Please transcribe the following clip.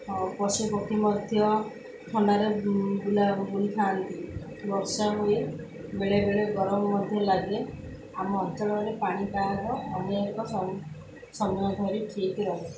ଆଉ ପଶୁପକ୍ଷୀ ମଧ୍ୟ ଥଣ୍ଡାରେ ବୁଲା ବୁଲିଥାନ୍ତି ବର୍ଷା ହୁଏ ବେଳେବେଳେ ଗରମ ମଧ୍ୟ ଲାଗେ ଆମ ଅଞ୍ଚଳରେ ପାଣିପାଗ ଅନେକ ସମୟ ଧରି ଠିକ୍ ରୁହେ